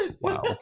Wow